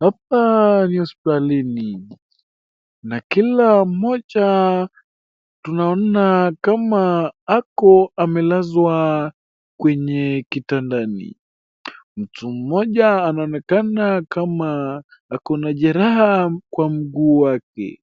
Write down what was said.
Hapa ni hospitalini, na kila mmoja tunaona kama ako amelazwa kwenye kitandani. Mtu mmoja anaonekana kama ako na jeraha kwa mguu wake